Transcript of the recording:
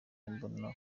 mbona